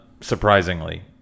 surprisingly